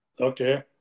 Okay